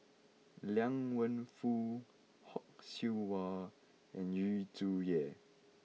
Liang Wenfu Fock Siew Wah and Yu Zhuye